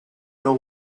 know